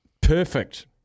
Perfect